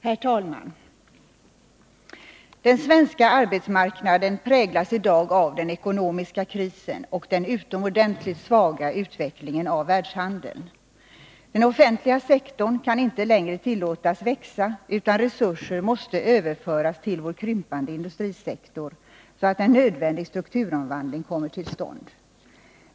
Herr talman! Den svenska arbetsmarknaden präglas i dag av den ekonomiska krisen och den utomordentligt svaga utvecklingen av världshandeln. Den offentliga sektorn kan inte längre tillåtas växa, utan resurser måste överföras till vår krympande industrisektor, så att en nödvändig strukturomvandling kommer till stånd.